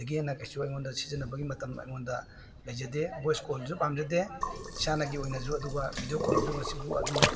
ꯑꯗꯒꯤ ꯍꯦꯟꯅ ꯀꯩꯁꯨ ꯑꯩꯉꯣꯟꯗ ꯁꯤꯖꯤꯟꯅꯕꯒꯤ ꯃꯇꯝ ꯑꯩꯉꯣꯟꯗ ꯂꯩꯖꯗꯦ ꯚꯣꯏꯁ ꯀꯣꯜꯁꯨ ꯄꯥꯝꯖꯗꯦ ꯏꯁꯥꯅꯒꯤ ꯑꯣꯏꯅꯁꯨ ꯑꯗꯨꯒ ꯕꯤꯗꯤꯑꯣ ꯀꯣꯜꯁꯨ ꯉꯁꯤꯐꯥꯎ ꯑꯗꯨꯝ